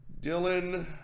Dylan